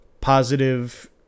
positive